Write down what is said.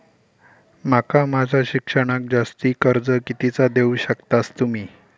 माका माझा शिक्षणाक जास्ती कर्ज कितीचा देऊ शकतास तुम्ही?